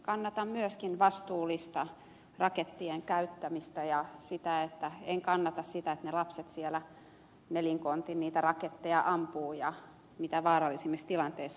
kannatan myöskin vastuullista rakettien käyttämistä ja en kannata sitä että ne lapset siellä nelinkontin niitä raketteja ampuvat mitä vaarallisimmissa tilanteissa